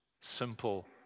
simple